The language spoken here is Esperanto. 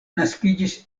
naskiĝis